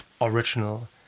original